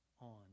on